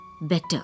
better